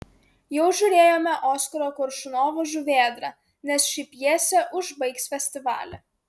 jau žiūrėjome oskaro koršunovo žuvėdrą nes ši pjesė užbaigs festivalį